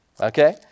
Okay